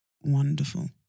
wonderful